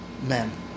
Men